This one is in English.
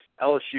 LSU